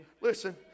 Listen